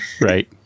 right